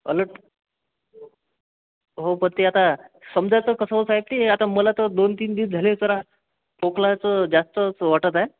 कालच हो पण ते आता समजायचं कसं आहे की आता मला तर दोन तीन दिवस झाले जरा खोकल्याचं जास्तच वाटत आहे